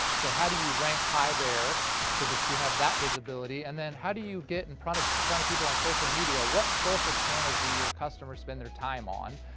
so how do you rank high there so that you have that visibility, and then how do you get in front of front of people on social media? wat social channels do your customers spend their time on,